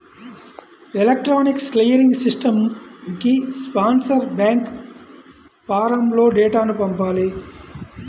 electronic clearing సిస్టమ్కి sponsor bank ఫారమ్లో డేటాను పంపాలి